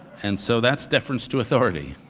and so that's deference to authority.